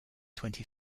twenty